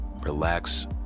relax